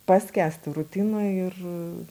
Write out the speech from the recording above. paskęsti rutinoj ir